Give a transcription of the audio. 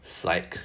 sike